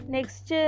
Next